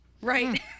Right